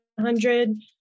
Hundred